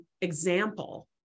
example